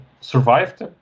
survived